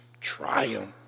triumph